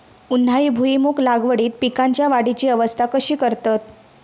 उन्हाळी भुईमूग लागवडीत पीकांच्या वाढीची अवस्था कशी करतत?